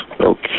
okay